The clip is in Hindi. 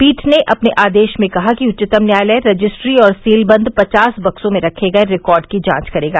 पीठ ने अपने आदेश में कहा कि उच्चतम न्यायालय रजिस्ट्री और सीलबंद पचास बक्सों में रखे गए रिकार्ड की जांच करेगा